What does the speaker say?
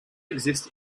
exist